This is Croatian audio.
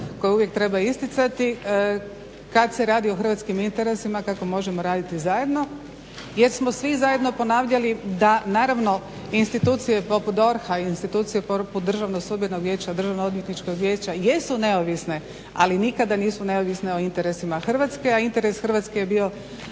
koje uvijek treba isticati kad se radi o hrvatskim interesima kako možemo raditi zajedno jer smo svi zajedno ponavljali da naravno institucije poput DORH-a, institucije poput Državnog sudbenog vijeća, Državnog odvjetničkog vijeća jesu neovisne, ali nikada nisu neovisne o interesima Hrvatske, a interes Hrvatske je bio